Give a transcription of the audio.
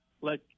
let